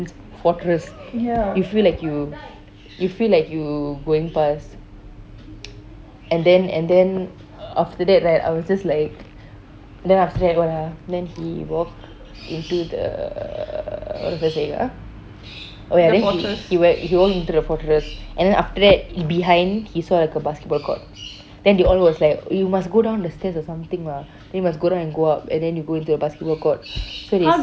fortress you feel like you feel like you going past and then and then after that right I was just like then after that what ah then he walk into the the what was I saying ah oh ya then he he walk into the fortress and then after that behind he say like a basketball court then they all was like you must go down the stairs or something lah then you must go down and go up and then they go into the basketball court